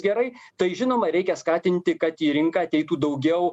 gerai tai žinoma reikia skatinti kad į rinką ateitų daugiau